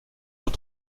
eaux